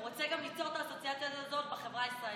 הוא רוצה גם ליצור את האסוציאציה הזאת בחברה הישראלית.